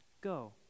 Go